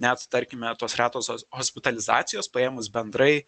net tarkime tos retos hos hospitalizacijos paėmus bendrai